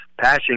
passion